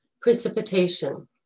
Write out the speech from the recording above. Precipitation